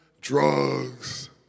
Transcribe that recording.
drugs